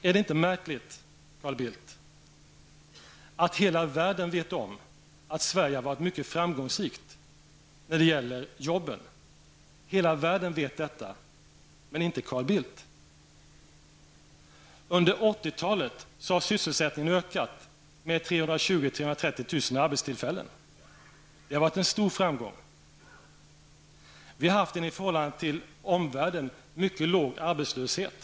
Är det inte märkligt, Carl Bildt, att hela världen vet om att Sverige har varit mycket framgångsrikt när det gäller jobben? Hela världen vet detta, men inte Carl Bildt. Under 80-talet har sysselsättningen ökat med 320 000--330 000 arbetstillfällen. Det har varit en stor framgång. Vi har haft en i förhållande till omvärlden mycket låg arbetslöshet.